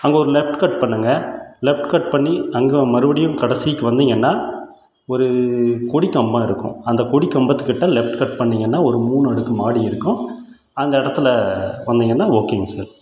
அங்கே ஒரு left cut பண்ணுங்க லெஃப்ட் கட் பண்ணி அங்கே மறுபடியும் கடைசிக்கு வந்திங்கன்னா ஒரு கொடிக்கம்பம் இருக்கும் அந்த கொடிக்கம்பத்துக்கிட்ட லெஃப்ட் கட் பண்ணிங்கன்னா ஒரு மூணு அடுக்கு மாடி இருக்கும் அந்த இடத்துல வந்திங்கன்னா ஓகேங்க சார்